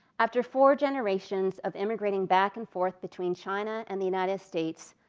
after four generations of immigrating back and forth between china and the united states,